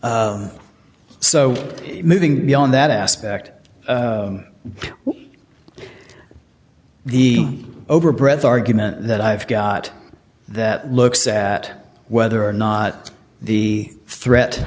so moving beyond that aspect the overbred argument that i've got that looks at whether or not the threat